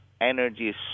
energy